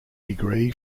degree